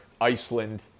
Iceland